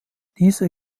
diese